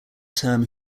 term